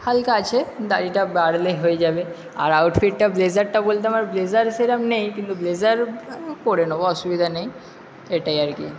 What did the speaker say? হালকা আছে দাড়িটা বাড়লে হয়ে যাবে আর আউট ফিটটা ব্লেজারটা বলতে আমার ব্লেজার সেরম নেই কিন্তু ব্লেজার করে নেবো অসুবিধা নেই এটাই আর কি